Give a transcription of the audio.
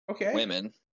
women